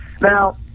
Now